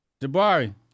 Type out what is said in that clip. Jabari